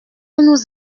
nous